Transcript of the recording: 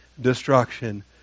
destruction